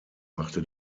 machte